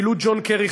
אפילו ג'ון קרי,